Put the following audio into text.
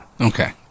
Okay